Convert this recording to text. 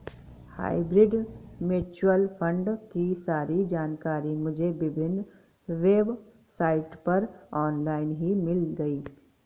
hybrid mutual fund की सारी जानकारी मुझे विभिन्न वेबसाइट पर ऑनलाइन ही मिल गयी